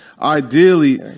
ideally